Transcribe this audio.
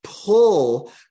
Pull